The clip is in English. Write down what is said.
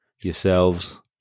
yourselves